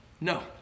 no